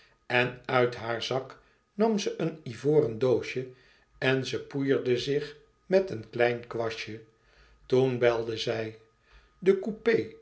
en uit haar zak nam ze een ivoren doosje en ze poeïerde zich met een klein kwastje toen belde zij de coupé